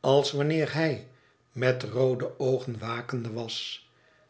als wanneer hij met roode öogen wakende was